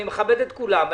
אני מכבד את כולם,